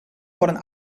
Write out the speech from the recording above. worden